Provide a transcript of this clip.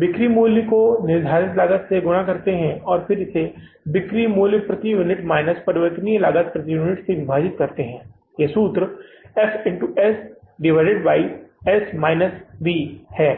बिक्री मूल्य को निर्धारित लागत से गुना करते है फिर इसे बिक्री मूल्य प्रति यूनिट माइनस परिवर्तनीय लागत प्रति यूनिट से विभाजित करते है यह सूत्र F S S V है